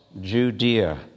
Judea